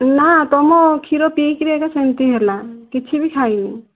ନା ତମ କ୍ଷୀର ପିଇକରି ଏକା ସେମିତି ହେଲା କିଛି ବି ଖାଇନି